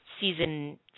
season